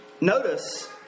notice